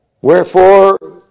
Wherefore